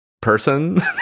Person